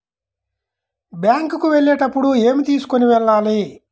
Bank కు వెళ్ళేటప్పుడు ఏమి తీసుకొని వెళ్ళాలి?